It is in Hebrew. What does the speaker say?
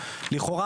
לכאורה,